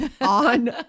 On